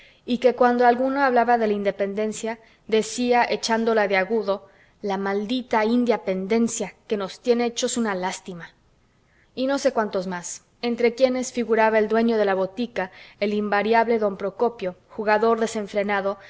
y que cuando alguno hablaba de la independencia decía echándola de agudo la maldita india pendencia que nos tiene hechos una lástima y no sé cuántos más entre quienes figuraba el dueño de la botica el invariable don procopio jugador desenfrenado